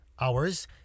hours